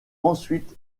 ensuite